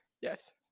Yes